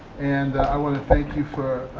and i want to thank you for